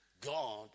God